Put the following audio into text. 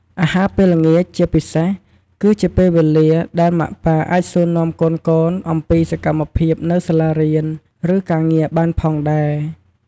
អាហារពេលល្ងាចជាពិសេស គឺជាពេលវេលាដែលម៉ាក់ប៉ាអាចសួរនាំកូនៗអំពីសកម្មភាពនៅសាលារៀន ឬការងារបានផងដែរ។